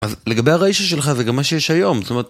אז לגבי הריישה שלך וגם מה שיש היום, זאת אומרת...